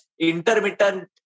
intermittent